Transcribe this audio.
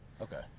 Okay